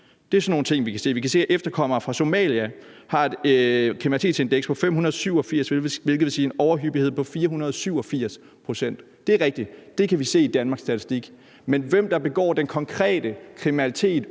Det er sådan nogle ting, vi kan se. Og vi kan se, at efterkommere fra Somalia har et kriminalitetsindeks på 587, hvilket vil sige en overhyppighed på 487 pct. Det er rigtigt, at det kan vi se i Danmarks Statistik. Men hvem der begår den konkrete kriminalitet